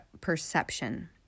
perception